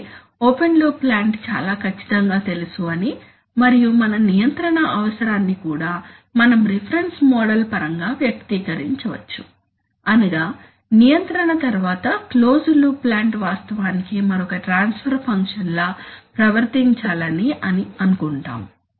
అంటే open loop plant చాలా ఖచ్చితంగా తెలుసు అని మరియు మన నియంత్రణ అవసరాన్ని కూడా మనం రిఫరెన్స్ మోడల్ పరంగా వ్యక్తీకరించవచ్చు అనగా నియంత్రణ తర్వాత క్లోజ్డ్ లూప్ ప్లాంట్ వాస్తవానికి మరొక ట్రాన్స్ఫర్ ఫంక్షన్ లా ప్రవర్తించాలని అని కోరుకుంటాము